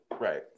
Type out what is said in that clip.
right